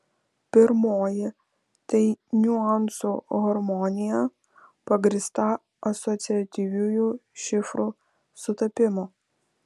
pirmoji tai niuansų harmonija pagrįsta asociatyviųjų šifrų sutapimu